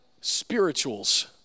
spirituals